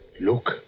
Look